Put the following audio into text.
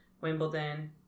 Wimbledon